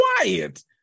quiet